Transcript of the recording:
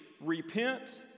repent